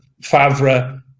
Favre